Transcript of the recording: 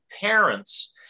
parents